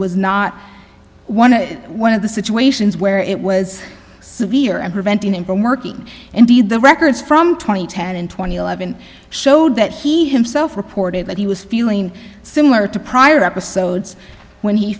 was not one of one of the situations where it was severe and preventing him from working indeed the records from twenty ten and twenty eleven showed that he himself reported that he was feeling similar to prior episodes when he